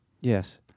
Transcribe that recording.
Yes